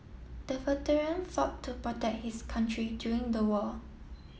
the veteran fought to protect his country during the war